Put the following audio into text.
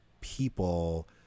people